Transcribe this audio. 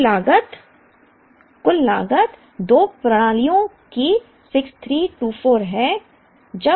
कुल लागत 2 प्रणालियों की 6324 है